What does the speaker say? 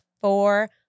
four